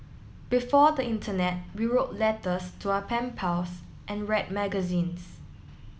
before the internet we wrote letters to our pen pals and read magazines